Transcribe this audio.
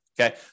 Okay